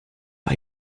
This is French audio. pas